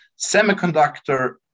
semiconductor